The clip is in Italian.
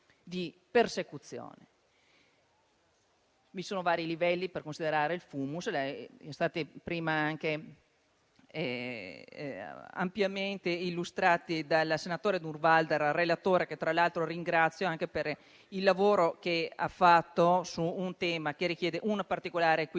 Vi sono vari livelli per considerare il *fumus*, che sono stati prima anche ampiamente illustrati dal senatore Durnwalder al relatore, che tra l'altro ringrazio anche per il lavoro che ha fatto su un tema che richiede un particolare equilibrio